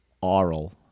aural